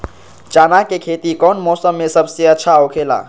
चाना के खेती कौन मौसम में सबसे अच्छा होखेला?